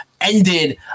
Ended